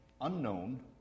unknown